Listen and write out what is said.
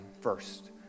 first